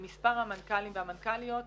מספר המנכ"לים והמנכ"ליות,